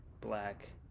Black